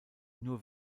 nur